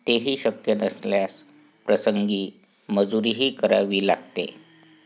तेही शक्य नसल्यास प्रसंगी मजुरीही करावी लागते